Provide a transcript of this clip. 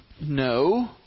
no